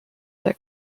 der